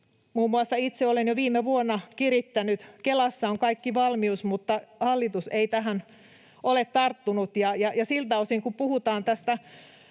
muun muassa itse olen jo viime vuonna kirittänyt. Kelassa on kaikki valmius, mutta hallitus ei tähän ole tarttunut. Ja siltä osin, kun puhutaan tästä